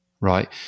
right